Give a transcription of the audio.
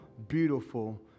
beautiful